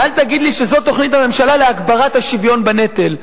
ואל תגיד לי שזו תוכנית הממשלה להגברת השוויון בנטל,